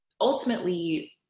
ultimately